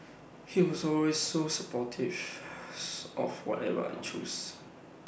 he was always so supportive of whatever I choose